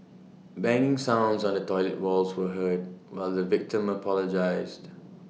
banging sounds on the toilet walls were heard while the victim apologised